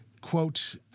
quote